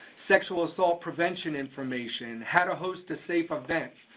sexual assault prevention information, how to host a safe event,